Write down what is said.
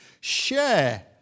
Share